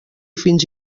fins